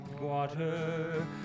water